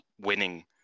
winning